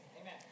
Amen